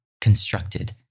constructed